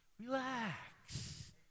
Relax